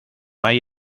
hay